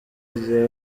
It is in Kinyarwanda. igihe